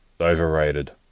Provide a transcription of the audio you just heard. overrated